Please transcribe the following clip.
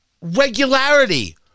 regularity